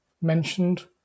mentioned